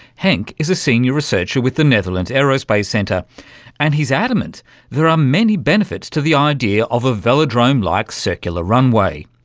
henk is a senior researcher with the netherlands aerospace centre and he's adamant there are many benefits to the idea of a velodrome-like circular runway,